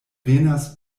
venas